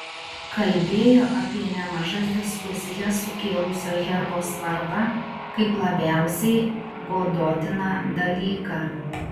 kalbėjo apie nemažas diskusijas sukėlusio herbo svarbą kaip labiausiai godotiną dalyką